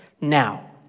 now